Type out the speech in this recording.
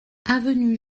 avenue